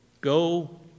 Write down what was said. go